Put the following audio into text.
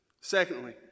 Secondly